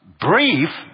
brief